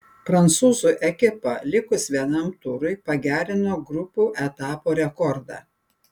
prancūzų ekipa likus vienam turui pagerino grupių etapo rekordą